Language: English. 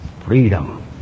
freedom